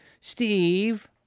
Steve